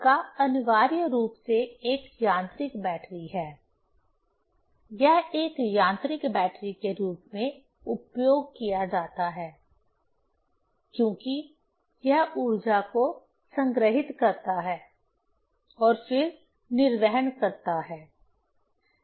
चक्का अनिवार्य रूप से एक यांत्रिक बैटरी है यह एक यांत्रिक बैटरी के रूप में उपयोग किया जाता है क्योंकि यह ऊर्जा को संग्रहीत करता है और फिर निर्वहन करता है